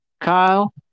Kyle